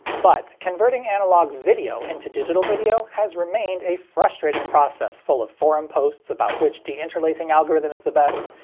but, converting analog video into digital video has remained a frustrating process full of forum posts about which deinterlacing algorithm is the best,